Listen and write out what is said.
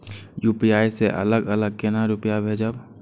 UPI से अलग अलग केना रुपया भेजब